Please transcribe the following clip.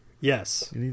Yes